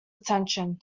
attention